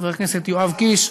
חבר הכנסת יואב קיש,